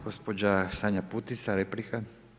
Gospođa Sanja Putica, replika.